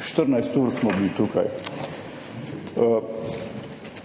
14. ur smo bili tukaj,